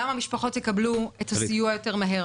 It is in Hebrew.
גם המשפחות יקבלו את הסיוע מהר יותר